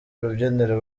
urubyiniro